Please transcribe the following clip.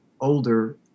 older